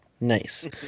Nice